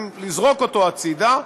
לזרוק אותו הצדה,